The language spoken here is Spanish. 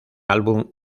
álbum